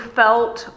felt